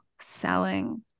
selling